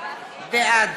בעד